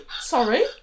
sorry